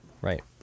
Right